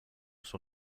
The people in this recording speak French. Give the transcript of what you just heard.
son